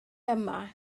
yma